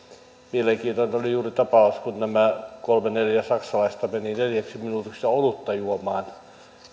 mielenkiintoinen oli juuri tapaus että kun kolme neljä saksalaista meni neljäksi minuutiksi olutta juomaan